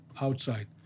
outside